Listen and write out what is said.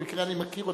במקרה אני מכיר אותו,